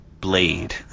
blade